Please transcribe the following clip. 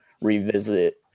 revisit